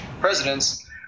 presidents